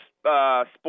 Sports